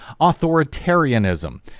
authoritarianism